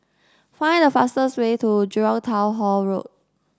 find the fastest way to Jurong Town Hall Road